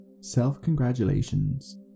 Self-congratulations